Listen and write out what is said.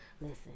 listen